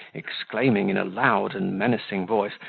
exclaiming, in a loud and menacing voice,